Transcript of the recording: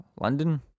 London